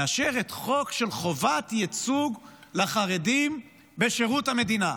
מאשרת חוק של חובת ייצוג לחרדים בשירות המדינה,